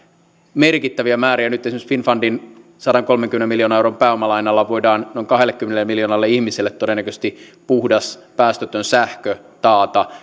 merkittäviä määriä tekemään nyt esimerkiksi finnfundin sadankolmenkymmenen miljoonan euron pääomalainalla voidaan noin kahdellekymmenelle miljoonalle ihmiselle todennäköisesti puhdas päästötön sähkö taata